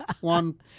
one